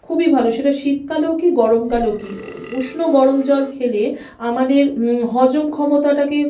খুবই ভালো সেটা শীতকালেও কী গরমকালেও কী উষ্ণ গরম জল খেলে আমাদের হজম ক্ষমতাটাকে